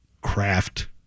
craft